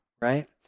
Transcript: right